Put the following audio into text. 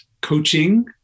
coaching